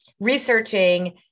researching